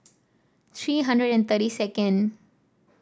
three hundred and thirty second